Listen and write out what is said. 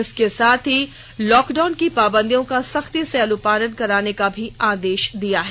इसके साथ ही लॉकडाउन की पाबंदियों का सख्ती से अनुपालन कराने का आदेश दिया है